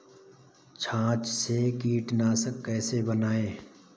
छाछ से कीटनाशक कैसे बनाएँ?